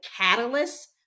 catalyst